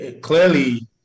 Clearly